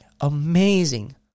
amazing